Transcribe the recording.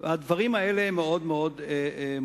הדברים האלה מאוד מורכבים.